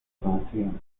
canción